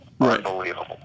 unbelievable